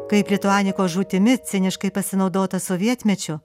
kaip lituanikos žūtimi ciniškai pasinaudota sovietmečiu